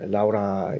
Laura